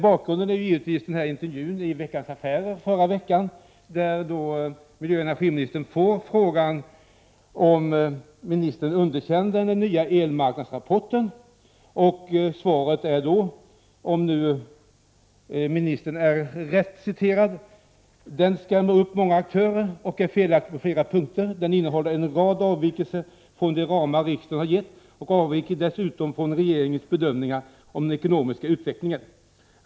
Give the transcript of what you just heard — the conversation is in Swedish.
Bakgrunden är givetvis den intervju i Veckans Affärer i förra veckan där energiministern fick frågan om ministern underkände den nya elmarknadsrapporten. Svaret hade då, om ministern är rätt återgiven, följande innebörd: Rapporten skrämmer upp många aktörer och är felaktig på flera punkter. Den innehåller en rad avvikelser från de ramar riksdagen har gett och avviker dessutom från regeringens bedömningar av den ekonomiska utvecklingen.